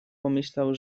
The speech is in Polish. pomyślał